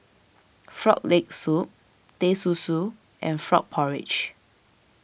Frog Leg Soup Teh Susu and Frog Porridge